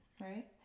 right